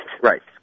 right